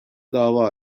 dava